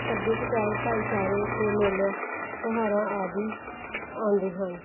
ਸੱਭਿਆਚਾਰਕ ਭਾਈਚਾਰੇ ਅਤੇ ਮੇਲਿਆਂ ਤਿਉਹਾਰਾਂ ਆਦਿ ਆਉਂਦੇ ਹਨ